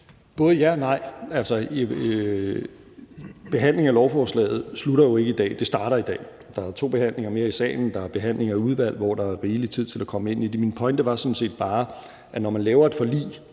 Både ja og nej. Behandlingen af lovforslaget slutter jo ikke i dag; den starter i dag. Der er to behandlinger mere i salen, og der er behandling i udvalget, hvor der er rigelig tid til at komme ind i det. Min pointe var sådan set bare, at når man laver et forlig,